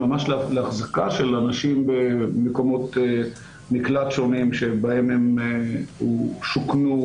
ממש להחזקה של אנשים במקומות מקלט שונים שבהם הם שוכנו,